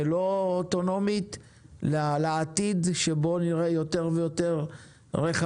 אני יודע שזה לא נובע מחוסר יכולת לעבוד ביחד כי אתם עובדים הרבה ביחד,